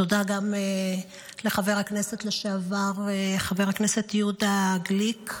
תודה גם לחבר הכנסת לשעבר יהודה גליק.